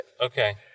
Okay